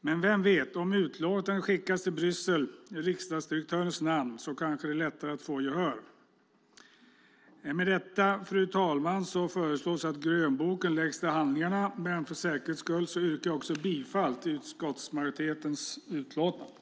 Men vem vet, om utlåtandet skickas till Bryssel i riksdagsdirektörens namn kanske det är lättare att få gehör. Med detta, fru talman, föreslås att grönboken läggs till handlingarna. Men för säkerhets skull yrkar jag bifall till utskottsmajoritetens förslag.